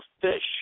fish